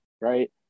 right